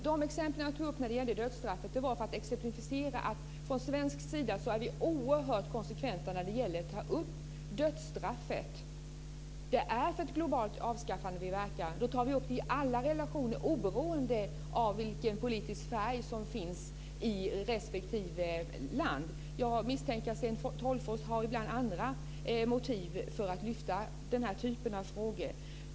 Fru talman! Jag tog upp dessa exempel för att exemplifiera att vi i Sverige är oerhört konsekventa när det gäller att ta upp dödsstraffet. Vi verkar för ett globalt avskaffande. Då tar vi upp det i alla relationer oberoende av vilken politisk färg som finns i respektive land. Jag misstänker att Sten Tolgfors ibland har andra motiv för att lyfta upp den här typen av frågor.